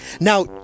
Now